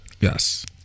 Yes